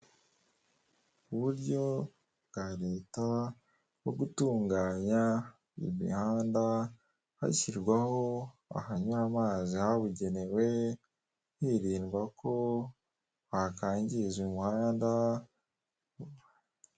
Uburyo bwa leta bwo gutunganya imihanda hashyirwaho ahanyura amazi habugenewe hirindwa ko bakangiza umuhanda.